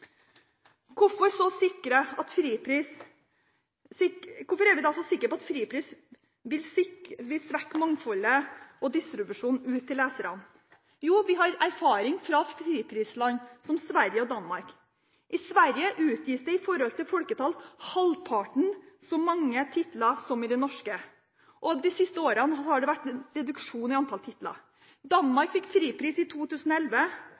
Hvorfor er vi så sikre på at fripris vil svekke mangfoldet og distribusjonen ut til leserne? Jo, vi har erfaring fra friprisland som Sverige og Danmark. I Sverige utgis det i forhold til folketallet halvparten så mange titler som i Norge, og de siste årene har det vært en reduksjon i antall titler. Danmark fikk fripris i 2011.